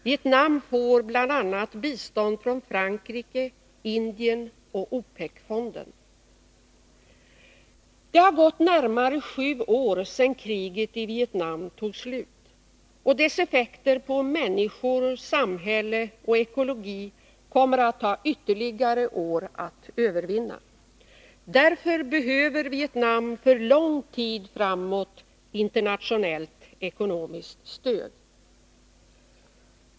Vietnam får bl.a. bistånd från Frankrike, Indien och OPEC-fonden. Det har gått närmare sju år sedan kriget i Vietnam tog slut. Dess effekter på människor, samhälle och ekologi kommer att ta ytterligare år att övervinna. Därför behöver Vietnam för lång tid framåt internationellt ekonomiskt stöd.